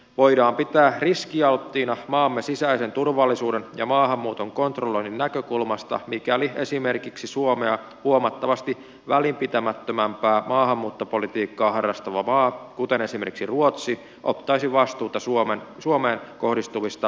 voidaan pitää riskialttiina maamme sisäisen turvallisuuden ja maahanmuuton kontrolloinnin näkökulmasta mikäli esimerkiksi suomea huomattavasti välinpitämättömämpää maahanmuuttopolitiikkaa harrastava maa kuten esimerkiksi ruotsi ottaisi vastuuta suomeen kohdistuvista oleskelulupahakemuksista